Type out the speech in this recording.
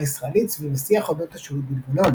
הישראלית סביב השיח אודות השהות בלבנון.